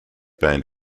band